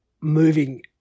moving